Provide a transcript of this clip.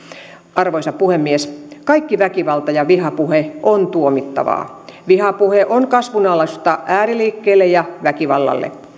arvoisa puhemies kaikki väkivalta ja vihapuhe on tuomittavaa vihapuhe on kasvualusta ääriliikkeille ja väkivallalle